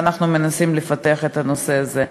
ואנחנו מנסים לפתח את הנושא הזה.